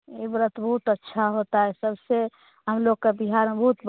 ये व्रत बहुत अच्छा होता है सबसे हम लोग का बिहार में बहुत